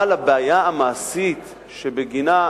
אבל הבעיה המעשית שבגינה,